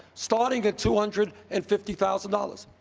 starting at two hundred and fifty thousand dollars.